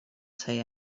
say